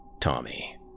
Tommy